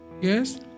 Yes